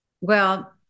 Well-